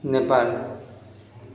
Nepal